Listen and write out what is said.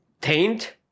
Taint